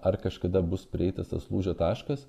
ar kažkada bus prieitas tas lūžio taškas